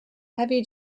heavy